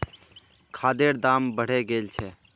खादेर दाम बढ़े गेल छे